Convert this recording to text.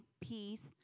peace